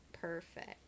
Perfect